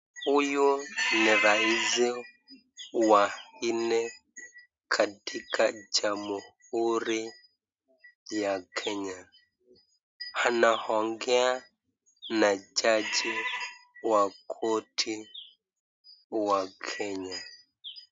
Huyu ni rais wa nne katika Jamhuri ya Kenya. Anaongea na jaji wa koti ya Kenya.